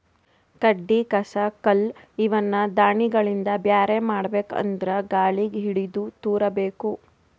ಕಡ್ಡಿ ಕಸ ಕಲ್ಲ್ ಇವನ್ನ ದಾಣಿಗಳಿಂದ ಬ್ಯಾರೆ ಮಾಡ್ಬೇಕ್ ಅಂದ್ರ ಗಾಳಿಗ್ ಹಿಡದು ತೂರಬೇಕು